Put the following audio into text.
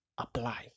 apply